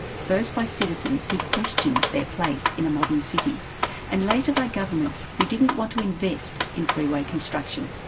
first by citizens who questioned their place in a modern city and later by governments who didn't want to invest in freeway construction.